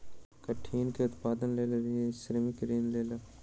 कठिनी के उत्पादनक लेल श्रमिक ऋण लेलक